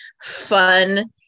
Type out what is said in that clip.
fun